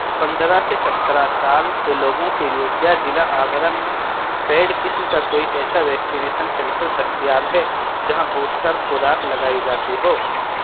پندرہ سے سترہ سال کے لوگوں کے لیے کیا ضلع آگرہ میں پیڈ قسم کا کوئی ایسا ویکسینیشن سنٹر دستیاب ہے جہاں بوسٹر خوراک لگائی جاتی ہو